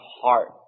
heart